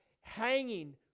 hanging